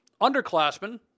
Underclassmen